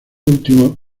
último